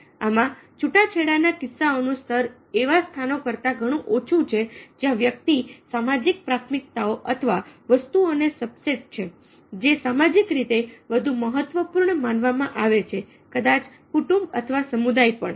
આમાં છૂટાછેડાના કિસ્સાઓનું સ્તર એવા સ્થાનો કરતાં ઘણું ઓછું છે જ્યાં વ્યક્તિ સામાજિક પ્રાથમિકતાઓ અથવા વસ્તુઓનો સબસેટ છે જે સામાજિક રીતે વધુ મહત્વપૂર્ણ માનવામાં આવે છે કદાચ કુટુંબ અથવા સમુદાય પણ